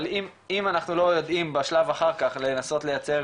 אבל אם אנחנו לא יודעים בשלב אחר כך לנסות לייצר